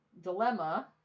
Dilemma